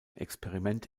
experiment